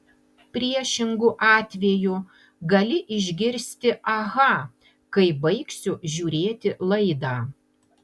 priešingu atveju gali išgirsti aha kai baigsiu žiūrėti laidą